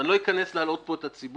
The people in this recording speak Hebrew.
ואני לא אכנס ואלא פה את הציבור,